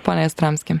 pone jastramski